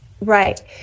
right